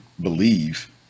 believe